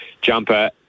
jumper